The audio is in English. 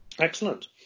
Excellent